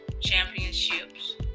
championships